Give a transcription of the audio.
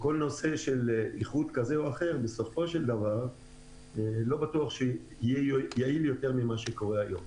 לא בטוח שאיחוד זה או אחר יהיה יעיל יותר מאשר המצב היום,